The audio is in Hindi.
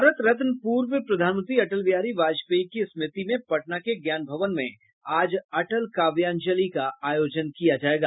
भारत रत्न पूर्व प्रधानमंत्री अटल बिहारी वाजपेयी की स्मृति में पटना के ज्ञान भवन में आज अटल काव्यांजलि का आयोजन किया जायेगा